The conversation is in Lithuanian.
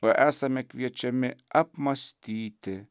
o esame kviečiami apmąstyti